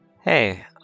Hey